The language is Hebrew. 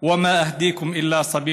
רק את דעתי אומַר לכם,